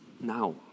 now